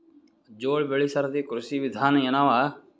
ಜೋಳ ಬೆಳಿ ಸರದಿ ಕೃಷಿ ವಿಧಾನ ಎನವ?